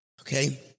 Okay